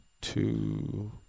two